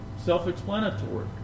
self-explanatory